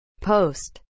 Post